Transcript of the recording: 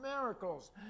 miracles